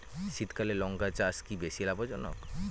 শীতকালে লঙ্কা চাষ কি বেশী লাভজনক?